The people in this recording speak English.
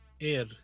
air